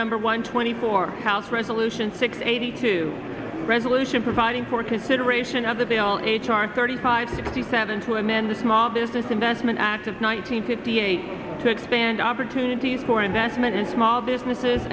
number one twenty four house resolution six eighty two resolution providing for consideration of the bill h r thirty five fifty seven to amend the small business investment act of one hundred fifty eight to expand opportunities for investment in small businesses